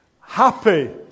happy